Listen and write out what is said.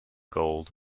gold